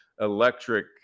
electric